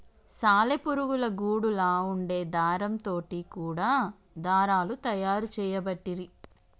సాలె పురుగుల గూడులా వుండే దారం తోటి కూడా దారాలు తయారు చేయబట్టిరి